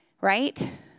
right